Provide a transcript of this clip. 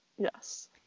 yes